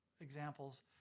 examples